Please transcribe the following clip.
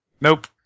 Nope